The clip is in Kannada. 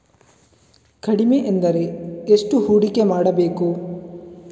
ಕಡಿಮೆ ಎಂದರೆ ಎಷ್ಟು ಹೂಡಿಕೆ ಮಾಡಬೇಕು?